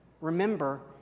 remember